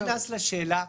לשאלה.